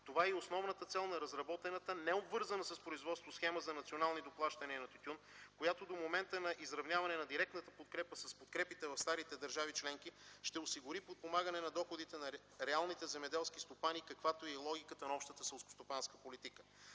Това е и основната цел на разработената, необвързана с производство схема за национални доплащания на тютюн, която до момента на изравняване на директната подкрепа с подкрепите в старите държави членки ще осигури подпомагане на доходите на реалните земеделски стопани, каквато е и логиката на общата селскостопанска политика.